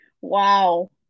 Wow